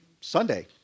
Sunday